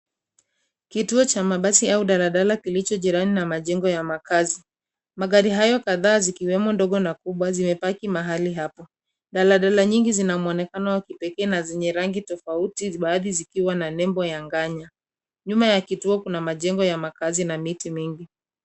Kituo cha mabasi au daladala kilicho jirani na majengo ya makazi. Magari hayo kadhaa zikiwemo ndogo na kubwa zimepaki mahali hapo. Daladala nyingi zina mwonekano wa kipekee na zimejaa rangi tofauti baadhi zikiwa na nembo ya nganya . Nyuma ya kituo kuna majengo ya makazi na miti mingi.